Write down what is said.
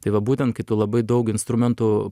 tai va būtent kai tu labai daug instrumentų